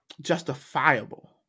justifiable